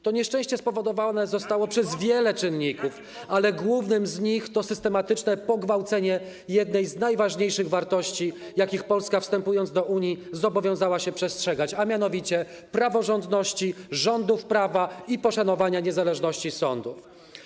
To nieszczęście spowodowane zostało przez wiele czynników, ale głównym z nich jest systematyczne gwałcenie jednej z najważniejszych wartości, jakich Polska, wstępując do Unii, zobowiązała się przestrzegać, a mianowicie: praworządności, rządów prawa i poszanowania niezależności sądów.